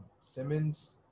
Simmons